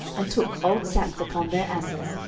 and took old sacks upon their asses,